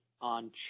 on